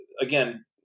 again